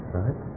right